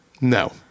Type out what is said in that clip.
No